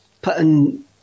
putting